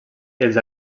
els